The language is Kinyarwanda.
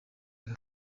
aka